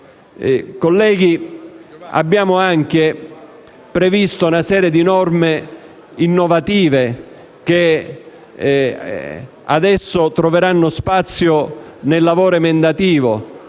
Colleghi, abbiamo anche previsto una serie di norme innovative, che troveranno spazio a breve nel lavoro emendativo.